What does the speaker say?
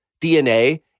DNA